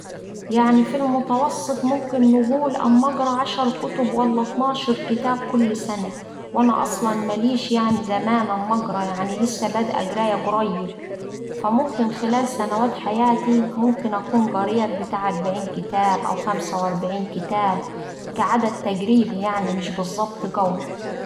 يعني في المتوسط ممكن نقول أما أقرا عشر كتب ولا اتناشر كتاب كل سنة، وأنا أصلا مليش يعني زمان أما أقرا يعني لسا بادئة قراية قريب. فممكن خلال سنوات حياتي ممكن أكون قريت بتاع أربعين كتاب أو خمسة وأربعين كتاب كعدد تقريبي يعني مش بالظبط قوي.